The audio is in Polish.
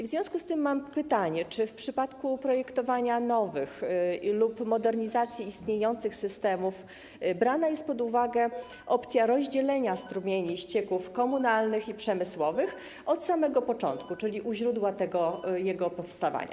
W związku z tym mam pytanie: Czy w przypadku projektowania nowych lub modernizacji istniejących systemów brana jest pod uwagę opcja rozdzielenia strumieni ścieków komunalnych i przemysłowych od samego początku, czyli u źródła ich powstawania?